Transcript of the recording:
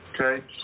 okay